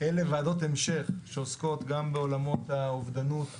אלה ועדות המשך שעוסקות גם בעולמות האובדנות והאלימות,